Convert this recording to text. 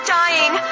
dying